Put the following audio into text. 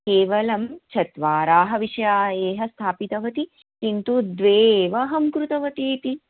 केवलं चत्वारः विषयाः स्थापितवती किन्तु द्वे एव अहं कृतवती इति